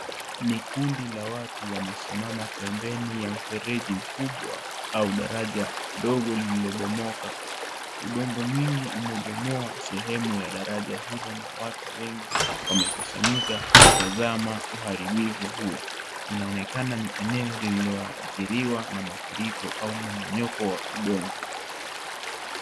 Ni kundi la watu wamesimama pembeni ya mfereji mkubwa au daraja dogo lililobomoka. Udongo mwingi umebomoa sehemu ya daraja hilo na watu wengi wamekusanyika kutazama uharibifu huo inaonekana ni eneo lililoadhiriwa na mafuriko au mmomonyoko wa udongo.